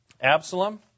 Absalom